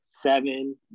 Seven